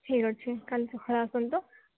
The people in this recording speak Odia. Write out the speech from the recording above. ଠିକ୍ ଅଛି କାଲି ସକାଳେ ଆସନ୍ତୁ